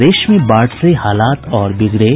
प्रदेश में बाढ़ से हालात और बिगड़े